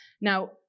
Now